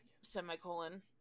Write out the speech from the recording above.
semicolon